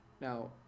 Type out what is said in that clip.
Now